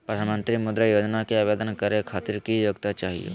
प्रधानमंत्री मुद्रा योजना के आवेदन करै खातिर की योग्यता चाहियो?